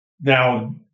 Now